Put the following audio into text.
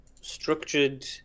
structured